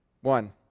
One